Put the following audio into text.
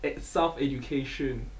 Self-education